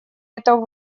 этого